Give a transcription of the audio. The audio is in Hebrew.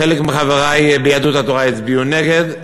חלק מחברי ביהדות התורה הצביעו נגד.